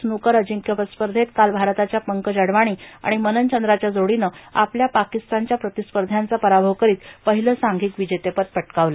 snooker अजिंक्यपद स्पर्धेत काल भारताच्या पंकज अडवाणी आणि मनन चंद्राच्या जोडीनं आपल्या पाकिस्तानच्या प्रतिस्पर्ध्यांचा पराभव करीत पहिलं सांधिक विजेतेपद पटकावलं